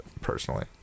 personally